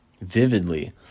vividly